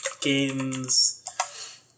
games